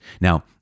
Now